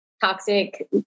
toxic